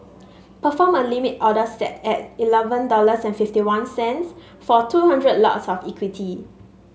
perform a limit order set at eleven dollars fifty one cent for two hundred lots of equity